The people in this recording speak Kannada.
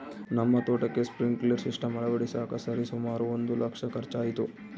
ನಮ್ಮ ತೋಟಕ್ಕೆ ಸ್ಪ್ರಿನ್ಕ್ಲೆರ್ ಸಿಸ್ಟಮ್ ಅಳವಡಿಸಕ ಸರಿಸುಮಾರು ಒಂದು ಲಕ್ಷ ಖರ್ಚಾಯಿತು